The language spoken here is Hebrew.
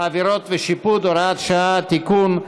(עבירות ושיפוט) (הוראת שעה) (תיקון,